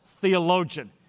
theologian